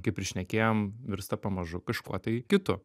kaip ir šnekėjom virsta pamažu kažkuo tai kitu